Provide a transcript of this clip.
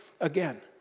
Again